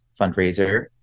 fundraiser